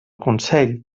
consell